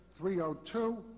302